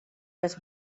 miss